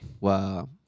Wow